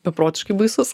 beprotiškai baisus